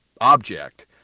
object